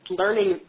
learning